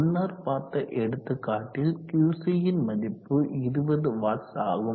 முன்னர் பார்த்த எடுத்துக்காட்டில் Qc ன் மதிப்பு 20 வாட்ஸ் ஆகும்